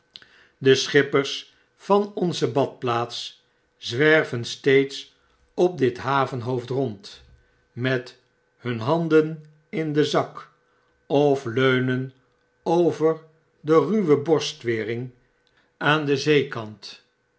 de schippers van onze badplaats zwerven steeds op dit havenhoofd rond met hun handen in den zak of leunen over de ruwe borstwering aan den zeekant